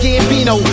Gambino